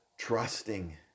trusting